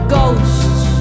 ghosts